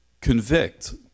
Convict